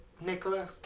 Nicola